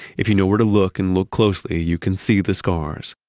if you know where to look and look closely, you can see the scars.